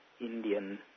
Indian